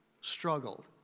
struggled